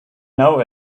know